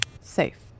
Safe